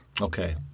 Okay